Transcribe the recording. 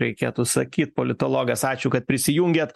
reikėtų sakyt politologas ačiū kad prisijungėt